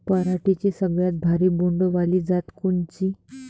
पराटीची सगळ्यात भारी बोंड वाली जात कोनची?